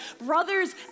brothers